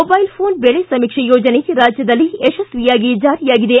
mobile phone ಬೆಳೆ ಸಮೀಕ್ಷೆ ಯೋಜನೆ ರಾಜ್ಯದಲ್ಲಿ ಯಶಸ್ವಿಯಾಗಿ ಜಾರಿಯಾಗಿದೆ